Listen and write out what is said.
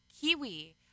kiwi